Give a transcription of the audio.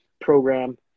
program